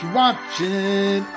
watching